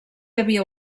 havia